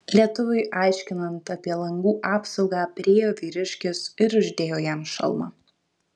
lietuviui aiškinant apie langų apsaugą priėjo vyriškis ir uždėjo jam šalmą